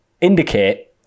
Indicate